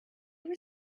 were